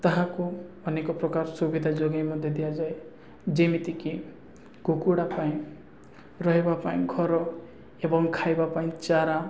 ତାହାକୁ ଅନେକ ପ୍ରକାର ସୁବିଧା ଯୋଗେଇ ମଧ୍ୟ ଦିଆଯାଏ ଯେମିତିକି କୁକୁଡ଼ା ପାଇଁ ରହିବା ପାଇଁ ଘର ଏବଂ ଖାଇବା ପାଇଁ ଚାରା